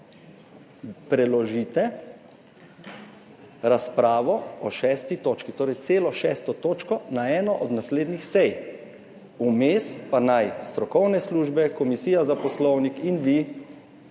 preložite razpravo o 6. točki, torej celo 6. točko na eno od naslednjih sej, vmes pa naj strokovne službe, Komisija za poslovnik in vi